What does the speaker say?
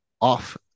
off